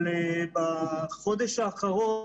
אבל בחודש האחרון,